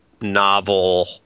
novel